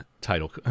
title